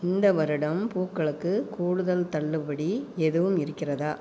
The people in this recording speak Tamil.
இந்த வருடம் பூக்களுக்கு கூடுதல் தள்ளுபடி எதுவும் இருக்கிறதா